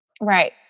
Right